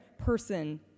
person